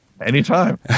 Anytime